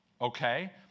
okay